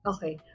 Okay